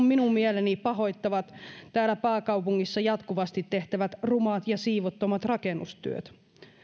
minun mieleni pahoittavat täällä pääkaupungissa jatkuvasti tehtävät rumat ja siivottomat rakennustyöt